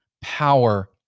power